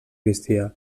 sagristia